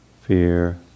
fear